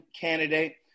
candidate